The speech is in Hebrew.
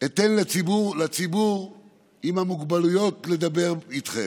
אתן לציבור עם המוגבלויות לדבר איתכם.